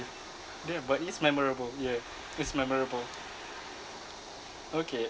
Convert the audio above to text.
yeah but it's memorable yeah it's memorable okay